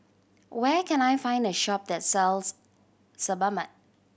where can I find a shop that sells Sebamed